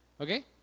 Okay